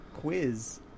quiz